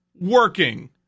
working